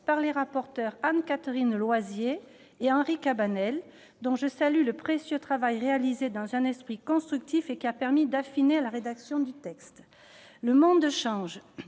par les rapporteurs Anne-Catherine Loisier et Henri Cabanel, dont je salue le précieux travail réalisé dans un esprit constructif, qui a permis d'affiner la rédaction du texte. Le monde change,